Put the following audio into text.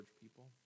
people